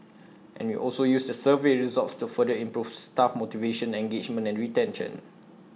and we also use the survey results to further improve staff motivation engagement and retention